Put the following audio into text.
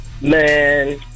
Man